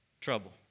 trouble